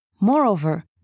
Moreover